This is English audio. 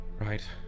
Right